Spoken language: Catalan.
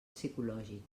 psicològic